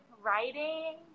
writing